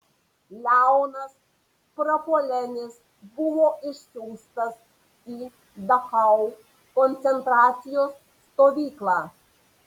leonas prapuolenis buvo išsiųstas į dachau koncentracijos stovyklą